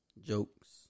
jokes